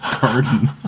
garden